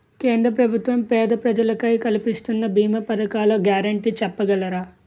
కేంద్ర ప్రభుత్వం పేద ప్రజలకై కలిపిస్తున్న భీమా పథకాల గ్యారంటీ చెప్పగలరా?